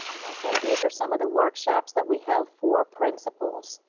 okay these are some of the workshops that we held for principals.